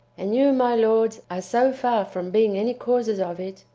and you, my lords, are so far from being any causers of it,